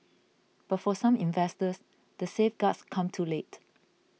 but for some investors the safeguards come too late